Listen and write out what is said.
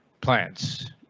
plants